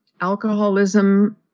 alcoholism